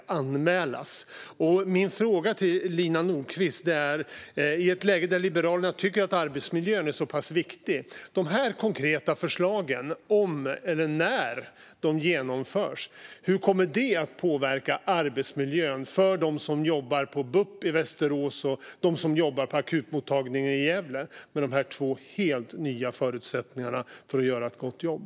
Jag har därför en fråga till Lina Nordquist. I ett läge där Liberalerna tycker att arbetsmiljön är så viktig, hur kommer dessa konkreta förslag när de genomförs att påverka arbetsmiljön för dem som jobbar på BUP i Västerås och för dem som jobbar på akutmottagningen i Gävle, med de två helt nya förutsättningarna för att göra ett gott jobb?